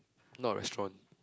not restaurant